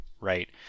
right